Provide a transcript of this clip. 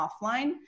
offline